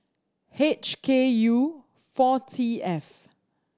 H K U four T F